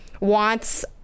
wants